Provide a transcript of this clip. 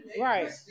right